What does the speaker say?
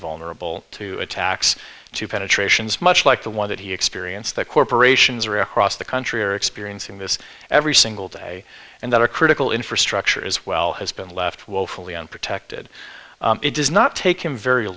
vulnerable to attacks two penetrations much like the one that he experienced the corporations are across the country are experiencing this every single day and that our critical infrastructure as well has been left woefully unprotected it does not take him very